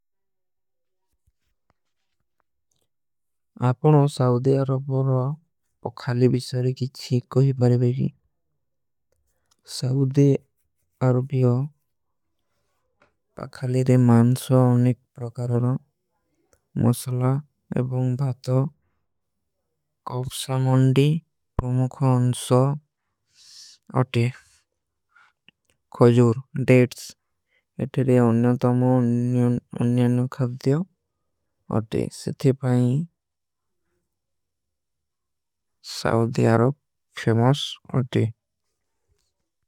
ଆପନୋ ସାଊଧେ ଅରଭୋର ପଖାଲେ ବିଶାରେ କୀ ଚୀଖ କୋଈ ବାରେ ବେଡୀ। ସାଊଧେ ଅରଭିଯୋ ପଖାଲେ ରେ ମାନ ସୋ ଅନିକ। ପ୍ରକାର ରୋ ମସଲା ଏବାଁ ଭାତୋ କୌପସା ମଂଡୀ ପମୁଖୋ ଅନସୋ ଅଟେ। ଖଜୂର ଡେଟ୍ସ ଇତରେ ଅନ୍ଯା ତମୋ ଅନ୍ଯାନୋ। ଖାଲ ଦିଯୋ ଅଟେ ସିଥୀ ଭାଈ ସାଊଧେ ଅରଭ ଫ୍ଯମୋସ ଅଟେ।